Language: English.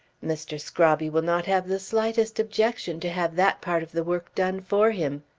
mr. scrobby will not have the slightest objection to have that part of the work done for him.